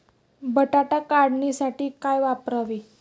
बटाटा काढणीसाठी काय वापरावे?